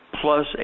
plus